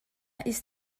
ist